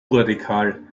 radikal